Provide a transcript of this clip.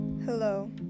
Hello